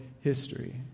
history